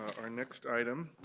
our next item